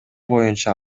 боюнча